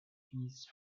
fees